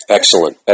Excellent